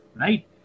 right